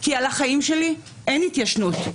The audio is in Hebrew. כי על החיים שלי אין התיישנות.